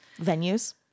venues